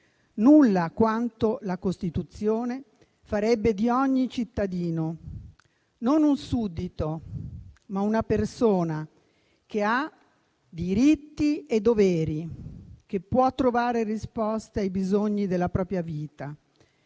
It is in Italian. nulla quanto la Costituzione farebbe di ogni cittadino non un suddito, ma una persona che ha diritti e doveri, che può trovare risposte ai bisogni della propria vita,